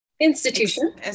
institution